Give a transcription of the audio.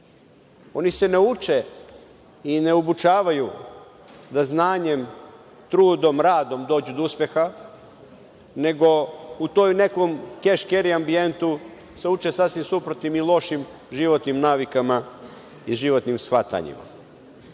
Oni se ne uče i ne obučavaju da znanjem, trudom, radom dođu do uspeha, nego u tom nekom keš keri ambijentu se uče sasvim suprotnim i lošim životnim navikama i životnim shvatanjima. Mi